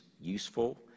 useful